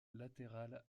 latéral